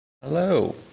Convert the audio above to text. Hello